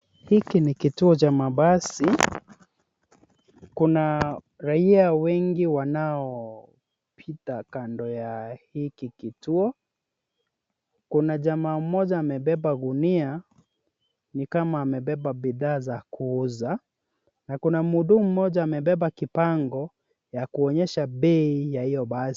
Hiki ni kituo cha mabasi, kuna rai wengi wanao pita kando ya hiki kituo, kuna jamaa moja amepape gunia ni kama amemepepa bidhaa za kuuza na kuna mhudhumu moja amepepa kibango ya kuonyesha pei ya io basi.